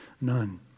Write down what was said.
none